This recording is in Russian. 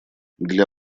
для